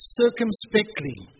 circumspectly